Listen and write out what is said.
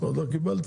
ברמת